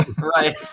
Right